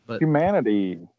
Humanity